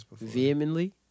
Vehemently